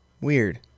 Weird